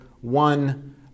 one